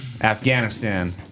Afghanistan